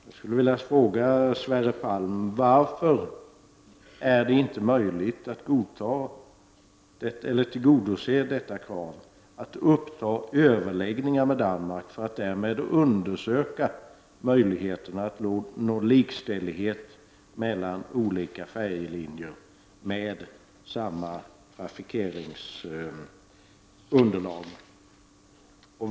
Jag skulle vilja fråga Sverre Palm: Varför är det inte möjligt att tillgodose kravet att uppta överläggningar med Danmark för att därmed undersöka mögligheterna att nå likställighet mellan olika färjelinjer med samma trafikeringsunderlag?